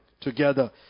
together